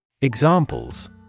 Examples